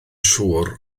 siŵr